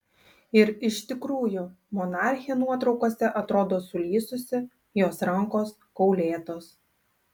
ir iš tikrųjų monarchė nuotraukose atrodo sulysusi jos rankos kaulėtos